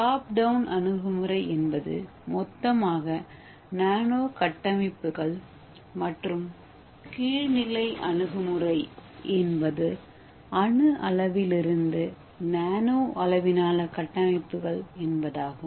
top down அணுகுமுறை என்பது மொத்தமாக நானோகட்டமைப்புகள் மற்றும் கீழ் நிலை அணுகுமுறை என்பது அணுஅளவிலிருந்து நானோ அளவிலான கட்டமைப்புகள் என்பதாகும்